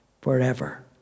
forever